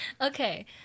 Okay